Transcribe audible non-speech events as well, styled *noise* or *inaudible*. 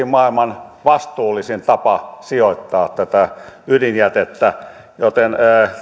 *unintelligible* maailman vastuullisin tapa sijoittaa tätä ydinjätettä